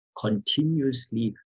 continuously